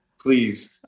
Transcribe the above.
Please